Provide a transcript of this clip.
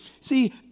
See